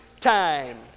time